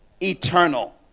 eternal